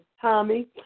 Tommy